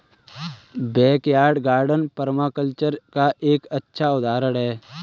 backyard garden permaculture का एक अच्छा उदाहरण हैं